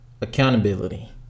accountability